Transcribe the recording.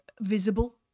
visible